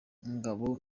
ngabo